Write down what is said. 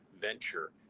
venture